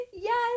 Yes